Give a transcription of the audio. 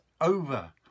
over